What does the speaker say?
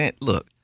Look